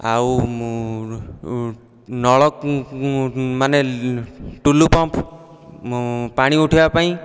ଆଉ ମୁଁ ନଳ ମାନେ ଟୁଲୁ ପମ୍ପ ପାଣି ଉଠାଇବା ପାଇଁ